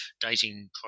dating